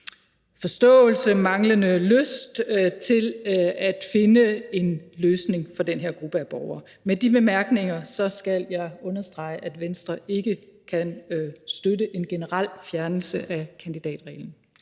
forståelse, en manglende lyst, til finde en løsning for den her gruppe af borgere. Med de bemærkninger skal jeg understrege, at Venstre ikke kan støtte en generel fjernelse af kandidatreglen,